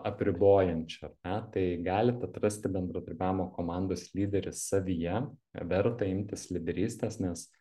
apribojančio ar ne tai galit atrasti bendradarbiavimo komandos lyderį savyje verta imtis lyderystės nes